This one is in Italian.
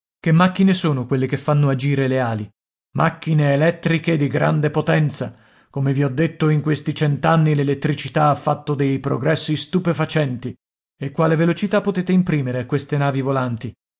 che macchine sono quelle che fanno agire le ali macchine elettriche di grande potenza come vi ho detto in questi cent'anni l'elettricità ha fatto dei progressi stupefacenti e quale velocità potete imprimere a queste navi volanti